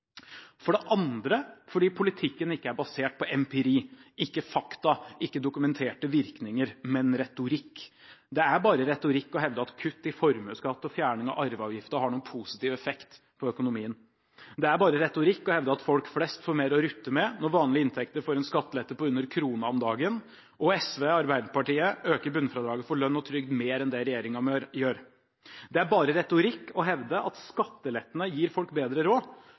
For det andre er det fordi politikken ikke er basert på empiri, ikke fakta, ikke dokumenterte virkninger, men retorikk. Det er bare retorikk å hevde at kutt i formuesskatt og fjerning av arveavgiften har noen positiv effekt på økonomien. Det er bare retorikk å hevde at folk flest får mer å rutte med når vanlige inntekter får en skattelette på under kronen om dagen, og SV og Arbeiderpartiet øker bunnfradraget for lønn og trygd mer enn det regjeringen gjør. Det er bare retorikk å hevde at skattelettene gir folk bedre råd